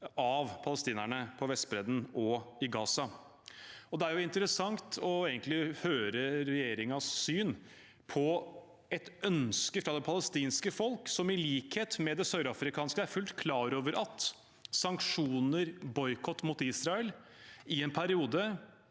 av palestinerne på Vestbredden og i Gaza. Det er interessant å høre regjeringens syn på et ønske fra det palestinske folk, som i likhet med det sørafrikanske er fullt klar over at sanksjoner og boikott mot Israel i en periode